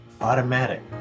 Automatic